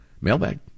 Mailbag